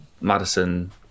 Madison